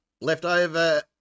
leftover